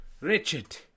Richard